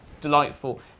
delightful